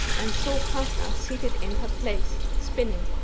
and saw katla seated in her place, spinning.